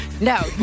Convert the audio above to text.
No